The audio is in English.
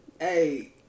Hey